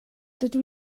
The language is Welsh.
dydw